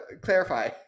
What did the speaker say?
clarify